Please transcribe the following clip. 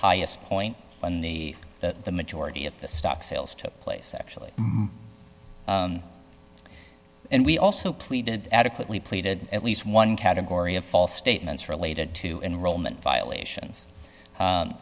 highest point when the that the majority of the stock sales took place actually and we also pleaded adequately pleaded at least one category of false statements related to enrollment violations